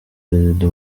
perezida